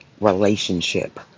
relationship